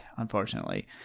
unfortunately